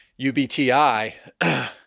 UBTI